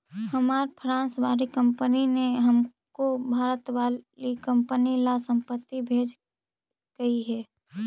हमार फ्रांस वाली कंपनी ने हमको भारत वाली कंपनी ला संपत्ति भेजकई हे